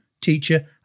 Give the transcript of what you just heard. teacher